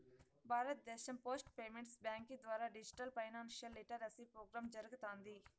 భారతదేశం post payments బ్యాంకీ ద్వారా డిజిటల్ ఫైనాన్షియల్ లిటరసీ ప్రోగ్రామ్ జరగతాంది